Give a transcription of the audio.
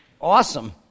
Awesome